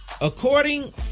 According